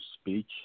speech